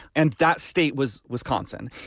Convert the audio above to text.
and that state was wisconsin.